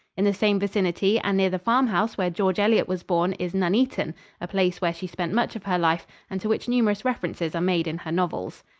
in the same vicinity and near the farmhouse where george eliot was born is nuneaton, a place where she spent much of her life and to which numerous references are made in her novels.